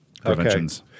preventions